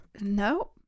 No